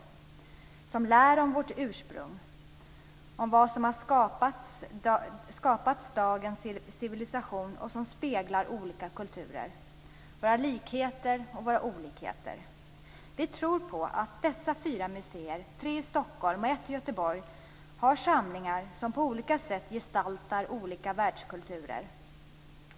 Den skall lära om vårt ursprung och om vad som skapat dagens civilisation, och den skall spegla olika kulturer, våra likheter och våra olikheter. Vi tror på att dessa fyra museer, tre i Stockholm och ett i Göteborg, har samlingar som på olika sätt gestaltar olika världskulturer.